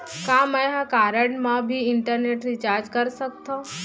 का मैं ह कारड मा भी इंटरनेट रिचार्ज कर सकथो